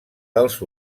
dels